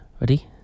Ready